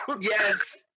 Yes